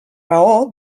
raó